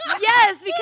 Yes